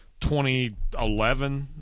2011